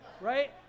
Right